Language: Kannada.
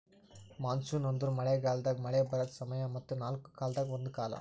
ಮಾನ್ಸೂನ್ ಅಂದುರ್ ಮಳೆ ಗಾಲದಾಗ್ ಮಳೆ ಬರದ್ ಸಮಯ ಮತ್ತ ನಾಲ್ಕು ಕಾಲದಾಗ ಒಂದು ಕಾಲ